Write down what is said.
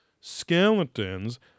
skeletons